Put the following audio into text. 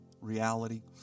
reality